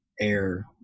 air